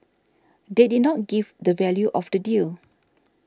they did not give the value of the deal